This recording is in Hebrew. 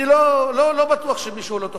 אני לא בטוח שמישהו, לא תופס,